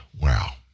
Wow